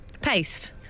Paste